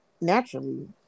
naturally